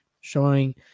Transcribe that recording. showing